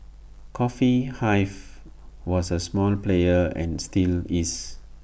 coffee hive was A small player and still is